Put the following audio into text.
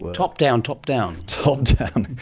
top-down, top-down. top-down,